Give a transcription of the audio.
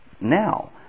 now